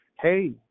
hey